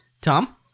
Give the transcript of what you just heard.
Tom